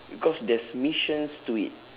because there's missions to it